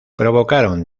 provocaron